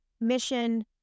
Mission